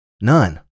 None